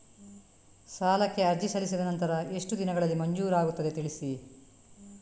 ಸಾಲಕ್ಕೆ ಅರ್ಜಿ ಸಲ್ಲಿಸಿದ ನಂತರ ಎಷ್ಟು ದಿನಗಳಲ್ಲಿ ಮಂಜೂರಾಗುತ್ತದೆ ತಿಳಿಸಿ?